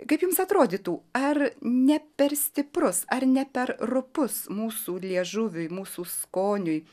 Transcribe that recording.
kaip jums atrodytų ar ne per stiprus ar ne per rupus mūsų liežuviui mūsų skoniui